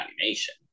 animation